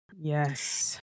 yes